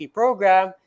program